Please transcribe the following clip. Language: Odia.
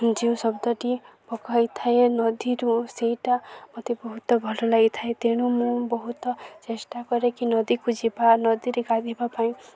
ଯେଉ ଶବ୍ଦଟି ପକେଇଥାଏ ନଦୀରୁ ସେଇଟା ମୋତେ ବହୁତ ଭଲ ଲାଗିଥାଏ ତେଣୁ ମୁଁ ବହୁତ ଚେଷ୍ଟା କରେ କି ନଦୀକୁ ଯିବା ନଦୀରେ ଗାଧେଇବା ପାଇଁ